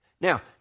Now